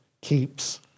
keeps